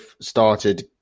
started